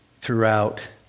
throughout